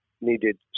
needed